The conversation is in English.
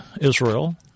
Israel